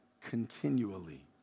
continually